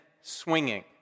swinging